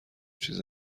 چیز